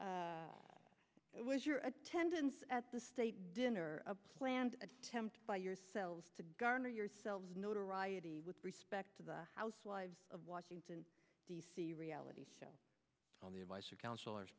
was your attendance at the state dinner a planned attempt by yourselves to garner yourselves notoriety with respect to the housewives of washington d c reality show on the advice of counselors